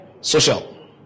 social